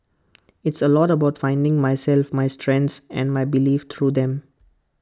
it's A lot about finding myself my strengths and my beliefs through them